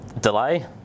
delay